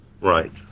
right